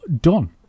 done